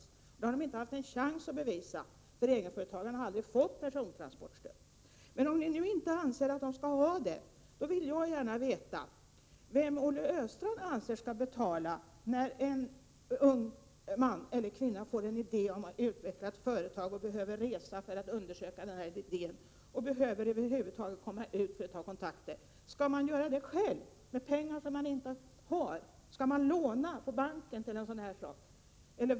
Egenföretagarna har inte haft en chans att bevisa det, för de har aldrig fått persontransportstöd. Om ni nu inte anser att egenföretagarna skall ha persontransportstöd, vill jag gärna veta vem Olle Östrand anser skall betala när en ung man eller kvinna får en idé om att utveckla ett företag och behöver resa för att undersöka idén och över huvud taget komma ut för att ta kontakter. Skall man betala detta själv, med pengar som man inte har? Skall man låna pengar på banken?